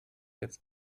jetzt